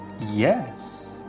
Yes